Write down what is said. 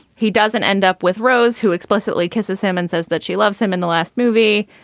he doesn't end up with rose, who explicitly kisses him and says that she loves him in the last movie